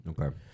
Okay